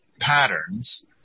patterns